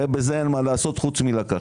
הרי בזה אין מה לעשות חוץ מלקחת.